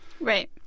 Right